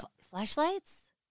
Flashlights